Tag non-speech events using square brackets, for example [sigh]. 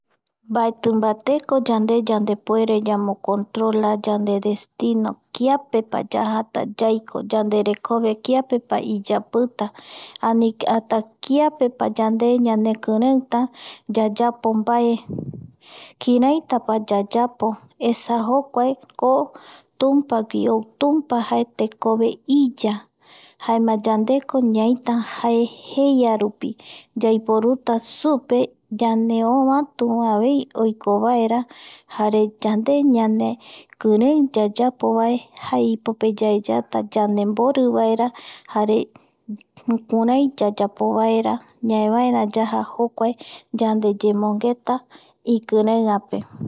Mbaetimbateko yande yandepuere yamocontrola yandestiño kiapepa yajata yaiko yanderekove kiapeko iyapita ani [hesitation] hata kiapepa yande ñanekireita yayapo mbae kiraitapa yayapo esa jokuaeko tumpagui ou, tumpa jae tekove iya jaema yandeko ñaita jae jei a rupi yaiporuta supe yande ovatuaveita oikovaera jare yande ñanekirei yayapo vae jae ipope yaeyata yandemborivaera jare jukurai yayapovaera vaera jokuae yayemongeta ikireiape